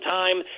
time